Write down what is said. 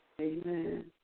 Amen